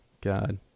god